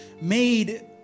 made